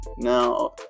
Now